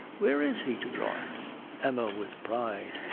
where is he to draw it emma, with pride,